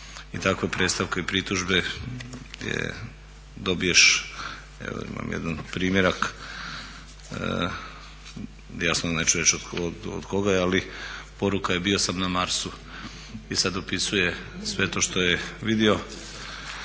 i takve predstavke i pritužbe gdje dobiješ, evo imam jedan primjerak, jasno ne čuješ od koga je ali poruka je bio sam na Marsu i sad opisuje sve to što je vidio,